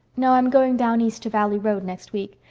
no i'm going down east to valley road next week.